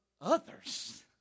others